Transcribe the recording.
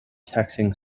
taxing